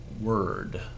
word